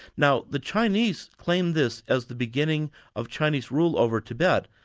now the chinese claim this as the beginning of chinese rule over tibet.